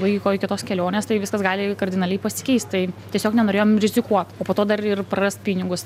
vaiko iki tos kelionės tai viskas gali kardinaliai pasikeist tai tiesiog nenorėjom rizikuot o po to dar ir prarast pinigus